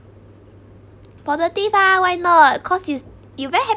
positive ah why not cause you you very